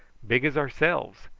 big as ourselves.